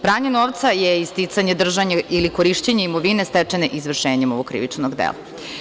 Pranje novca je i sticanje, držanje ili korišćenje imovine stečene izvršenjem ovog krivičnog dela.